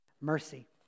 mercy